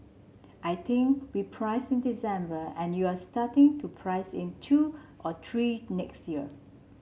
I think we priced in December and you're starting to price in two or three next year